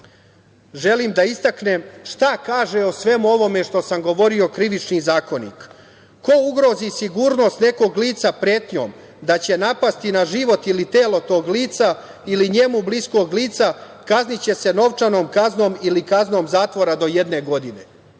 želim da istaknem šta kaže o svemu ovome što sam govorio Krivični zakonik - „Ko ugrozi sigurnost nekog lica pretnjom da će napasti na život ili telo tog lica ili njemu bliskog lica kazniće se novčanom kaznom ili kaznom zatvora do jedne godine“.